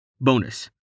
Bonus